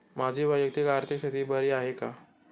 माझी वैयक्तिक आर्थिक स्थिती बरी आहे का?